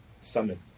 summon